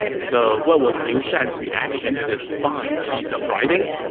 so what was liu shan's reaction to this fine piece of writing?